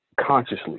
consciously